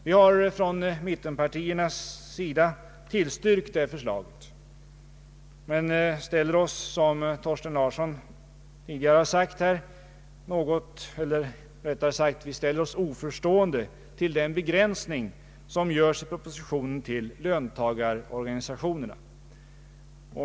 Vi har från mittenpartiernas sida tillstyrkt det förslaget men ställer oss, som Thorsten Larsson tidigare sagt, oförstående till den begränsning som görs i propositionen till löntagarorganisationerna.